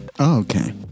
Okay